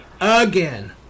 Again